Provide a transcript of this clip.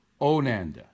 Onanda